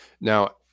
Now